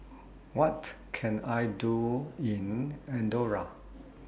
What Can I Do in Andorra